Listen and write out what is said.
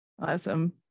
Awesome